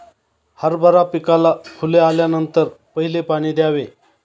हरभरा पिकाला फुले आल्यानंतर पहिले पाणी द्यावे